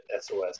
SOS